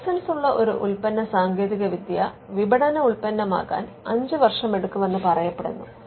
ലൈസൻസുള്ള ഒരു ഉൽപ്പന്ന സാങ്കേതികവിദ്യ വിപണന ഉൽപ്പന്നമാകാൻ 5 വർഷമെടുക്കുമെന്ന് പറയപ്പെടുന്നു